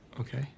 okay